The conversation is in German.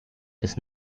des